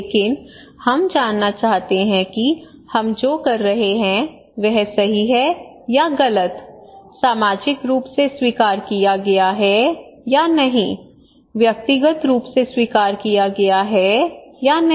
लेकिन हम जानना चाहते हैं कि हम जो कर रहे हैं वह सही है या गलत सामाजिक रूप से स्वीकार किया गया है या नहीं व्यक्तिगत रूप से स्वीकार किया गया है या नहीं